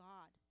God